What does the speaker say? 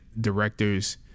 directors